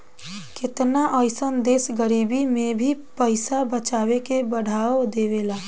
केतना अइसन देश गरीबी में भी पइसा बचावे के बढ़ावा देवेला